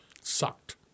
Sucked